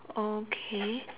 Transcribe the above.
okay